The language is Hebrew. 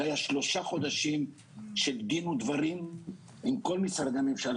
אלה היו שלושה חודשים של דין ודברים עם כל משרדי הממשלה